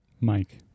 Mike